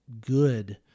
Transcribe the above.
good